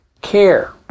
care